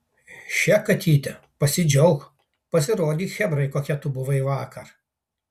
še katyte pasidžiauk pasirodyk chebrai kokia tu buvai vakar